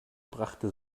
brachte